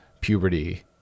puberty